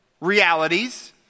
realities